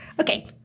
Okay